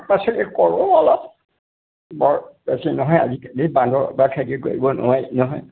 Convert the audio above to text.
শাক পাচলি কৰোঁ অলপ বৰ বেছি নহয় আজিকালি বান্দৰৰপৰা খেতি কৰিব নোৱাৰি নহয়